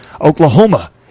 Oklahoma